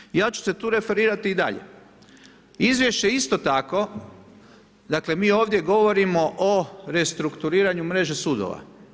Međutim, ja ću se tu referirati i dalje, izvješće isto tako, dakle mi ovdje govorimo o restrukturiranju mreže sudova.